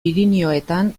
pirinioetan